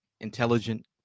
intelligent